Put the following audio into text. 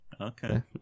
Okay